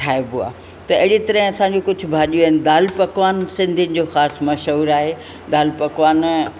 ठाइबो आहे त अहिड़ी तरहं असां जूं कुझु भाॼियूं आहिनि दालि पकवान खासु सिंधियुनि जो ख़ासि मशहूर आए दालि पकवान